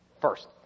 First